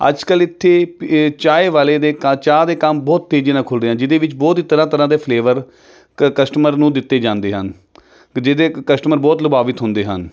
ਅੱਜ ਕੱਲ੍ਹ ਇੱਥੇ ਚਾਏ ਵਾਲੇ ਦੇ ਕ ਚਾਹ ਦੇ ਕੰਮ ਬਹੁਤ ਤੇਜ਼ੀ ਨਾਲ ਖੁੱਲ ਰਹੇ ਹਨ ਜਿਹਦੇ ਵਿੱਚ ਬਹੁਤ ਹੀ ਤਰ੍ਹਾਂ ਤਰ੍ਹਾਂ ਦੇ ਫਲੇਵਰ ਕਸਟਮਰ ਨੂੰ ਦਿੱਤੇ ਜਾਂਦੇ ਹਨ ਵੀ ਜਿਹਦੇ ਕਸਟਮਰ ਬਹੁਤ ਲੁਭਾਵਿਤ ਹੁੰਦੇ ਹਨ